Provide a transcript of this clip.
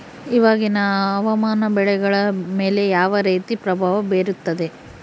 ಇವಾಗಿನ ಹವಾಮಾನ ಬೆಳೆಗಳ ಮೇಲೆ ಯಾವ ರೇತಿ ಪ್ರಭಾವ ಬೇರುತ್ತದೆ?